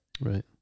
Right